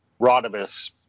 Rodimus